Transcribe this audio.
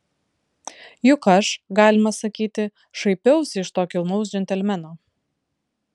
juk aš galima sakyti šaipiausi iš to kilnaus džentelmeno